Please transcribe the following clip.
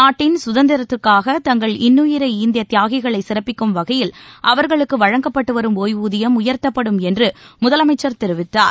நாட்டின் சுதந்திரத்திற்காக தங்கள் இன்னுயிரை ஈந்த தியாகிகளை சிறப்பிக்கும் வகையில் அவர்களுக்கு வழங்கப்பட்டு வரும் ஒய்வூதியம் உயர்த்தப்படும் என்று முதலமைச்சர் தெரிவித்தார்